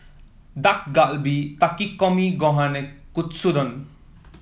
Dak Galbi Takikomi Gohan and Katsudon